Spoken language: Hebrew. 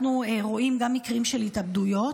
אנחנו גם רואים מקרים של התאבדויות.